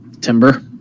Timber